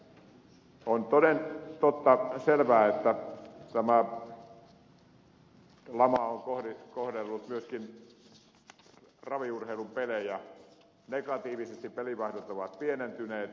on toden totta selvää että tämä lama on kohdellut myöskin raviurheilun pelejä negatiivisesti pelivaihdot ovat pienentyneet